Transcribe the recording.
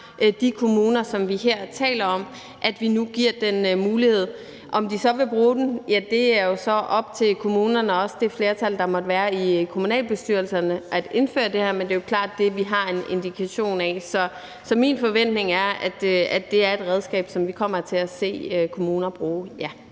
de kommuner, som vi her taler om, at vi nu giver dem den mulighed. Om de så vil bruge den – ja, det er jo så op til kommunerne og også det flertal, der måtte være i kommunalbestyrelserne, at indføre det her. Men det er jo klart det, vi har en indikation af. Så min forventning er, at det er et redskab, som vi kommer til at se kommunerne bruge,